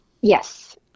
Yes